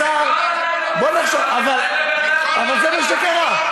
אבל זה מה שקרה.